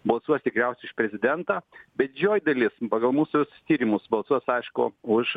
balsuos tikriausiai už prezidentą bet didžioji dalis pagal mūsų tyrimus balsuos aišku už